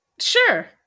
Sure